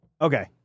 Okay